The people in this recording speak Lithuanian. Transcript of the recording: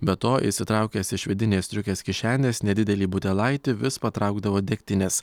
be to išsitraukęs iš vidinės striukės kišenės nedidelį butelaitį vis patraukdavo degtinės